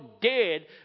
dead